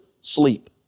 sleep